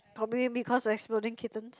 probably because of exploding kittens